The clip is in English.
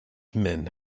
men